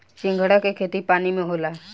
सिंघाड़ा के खेती पानी में होला